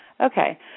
Okay